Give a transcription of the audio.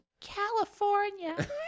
California